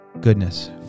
goodness